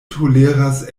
toleras